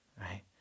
right